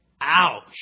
Ouch